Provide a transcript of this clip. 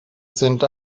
sind